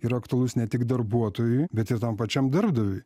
yra aktualus ne tik darbuotojui bet ir tam pačiam darbdaviui